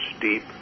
deep